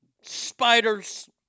spiders